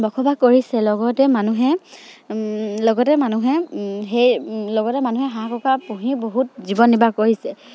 বসবাস কৰিছে লগতে মানুহে লগতে মানুহে সেই লগতে মানুহে হাঁহ কুকৰা পুহি বহুত জীৱন নিৰ্বাহ কৰিছে